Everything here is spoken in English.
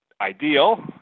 ideal